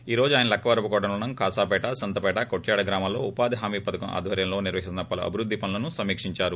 ఈ రోజు ఆయన లక్కవరపుకోట మండలం ఖాసాపేట సంతపేట కొట్యాడ గ్రామాల్లో ఉపాధి హామీ పథకం ఆధ్వర్యంలో నిర్వహిస్తున్న స్థల అభివృద్ది పనులను సమీక్షించారు